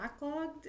backlogged